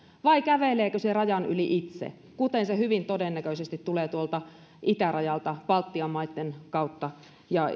vai käveleekö se rajan yli itse kuten se hyvin todennäköisesti tulee tuolta itärajalta baltian maitten kautta ja